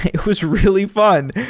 it was really fun.